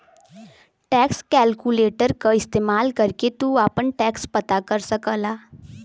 tax calculator क इस्तेमाल करके तू आपन टैक्स पता कर सकला